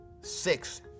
six